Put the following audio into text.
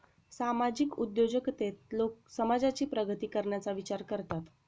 सामाजिक उद्योजकतेत लोक समाजाची प्रगती करण्याचा विचार करतात